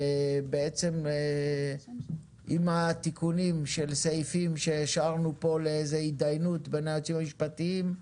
ועם התיקונים של סעיפים שהשארנו פה להתדיינות בין היועצים המשפטיים,